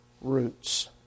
roots